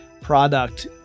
product